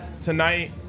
tonight